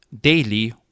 daily